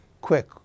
quick